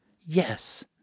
yes